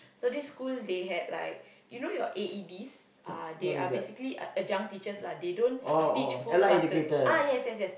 so this school they had like you know your A_E_Ds uh they are basically adjunct teachers lah they don't teach full classes ah yes yes yes